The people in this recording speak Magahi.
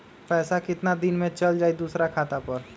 पैसा कितना दिन में चल जाई दुसर खाता पर?